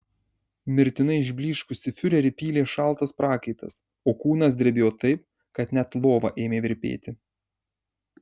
mirtinai išblyškusį fiurerį pylė šaltas prakaitas o kūnas drebėjo taip kad net lova ėmė virpėti